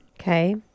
Okay